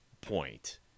point